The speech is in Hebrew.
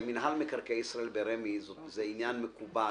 במינהל מקרקעי ישראל, רמ"י, זה עניין מקובל